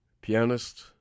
Pianist